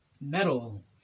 metal